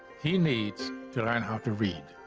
he needs to learn how to read,